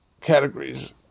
categories